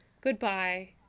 Goodbye